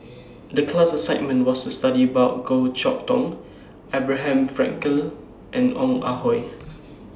The class assignment was to study about Goh Chok Tong Abraham Frankel and Ong Ah Hoi